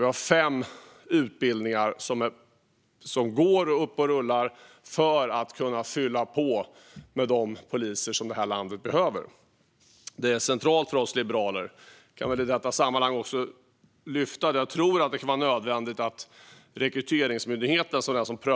Vi har fem utbildningar som är uppe och rullar för att kunna fylla på med de poliser som det här landet behöver. Det är centralt för oss liberaler. Även försvaret växer på ett unikt sätt just nu.